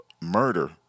murder